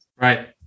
Right